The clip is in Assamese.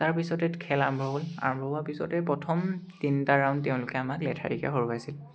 তাৰপিছতে খেল আৰম্ভ হ'ল আৰম্ভ হোৱাৰ পিছতে প্ৰথম তিনিটা ৰাউণ্ড তেওঁলোকে আমাৰ লেঠাৰিকৈ হৰুৱাইছিল